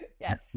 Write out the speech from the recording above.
Yes